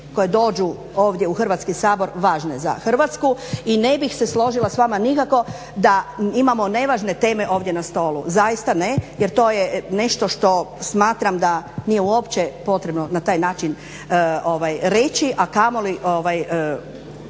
koje dođu ovdje u Hrvatski sabor važne za Hrvatsku i ne bih se složila s vama nikako da imamo nevažne teme ovdje na stolu. Zaista ne, jer to je nešto što smatram da nije uopće potrebno na taj način reći, a kamoli